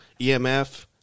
emf